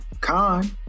Khan